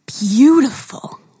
beautiful